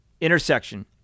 intersection